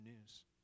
news